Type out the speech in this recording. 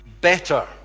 better